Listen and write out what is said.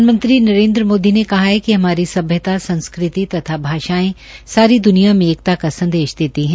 प्रधानमंत्री नरेन्द्र मोदी ने कहा है कि हमारी सभ्यता संस्कृति तथा भाषायें सारी द्रनिया में एकता का संदेश देती है